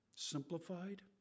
Simplified